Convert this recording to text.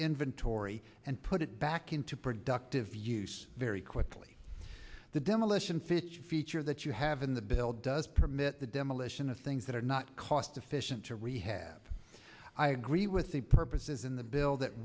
inventory and put it back into productive use very quickly the demolition fifty feature that you have in the bill does permit the demolition of things that are not cost efficient to rehab i agree with the purposes in the bill that